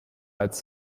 als